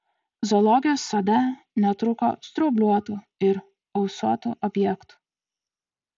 zoologijos sode netrūko straubliuotų ir ausuotų objektų